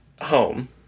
home